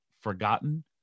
Forgotten